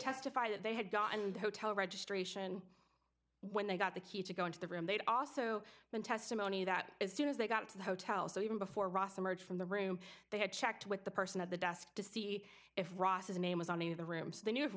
testify that they had gotten the hotel registration when they got the key to go into the room they'd also been testimony that as soon as they got to the hotel so even before rosmer from the room they had checked with the person at the desk to see if ross's name was on any of the rooms the